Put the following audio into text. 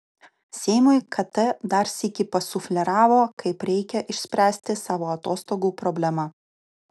seimui kt dar sykį pasufleravo kaip reikia išspręsti savo atostogų problemą